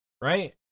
right